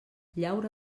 llaura